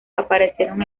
aparecieron